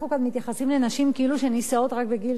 אנחנו כאן מתייחסים לנשים כאילו הן נישאות רק בגיל